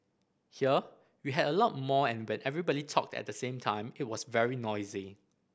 here we had a lot more and when everybody talked at the same time it was very noisy